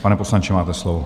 Pane poslanče, máte slovo.